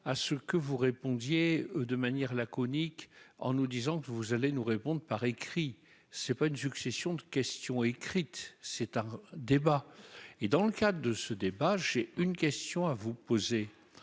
à ce que vous répondiez de manière laconique en nous disant que vous allez nous répondre par écrit, c'est pas une succession de questions écrites, c'est un débat et, dans le cadre de ce débat, j'ai une question à vous poser,